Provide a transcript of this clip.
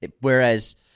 whereas